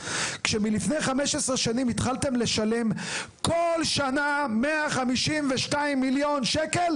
כשלפני 15 שנים התחלתם לקבל כל שנה 152 מיליון שקלים,